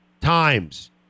Times